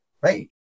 right